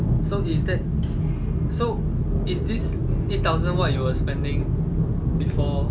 so so is this a thousand what you were spending before